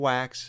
Wax